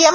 એમ